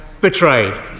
betrayed